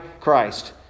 Christ